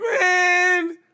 man